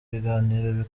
ibiganiro